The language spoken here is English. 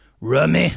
Rummy